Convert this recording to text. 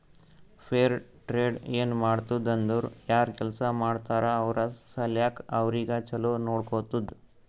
fair trade ಏನ್ ಮಾಡ್ತುದ್ ಅಂದುರ್ ಯಾರ್ ಕೆಲ್ಸಾ ಮಾಡ್ತಾರ ಅವ್ರ ಸಲ್ಯಾಕ್ ಅವ್ರಿಗ ಛಲೋ ನೊಡ್ಕೊತ್ತುದ್